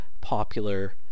popular